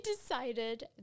decided